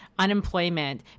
Unemployment